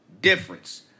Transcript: difference